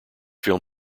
film